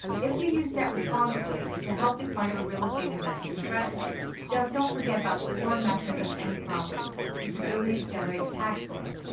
if you use debt responsibly, it's a healthy part of a real estate investing strategy. just don't forget about the core metric of any property its ability to generate cash flow,